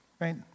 right